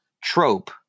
trope